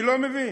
אני לא מבין.